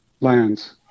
lands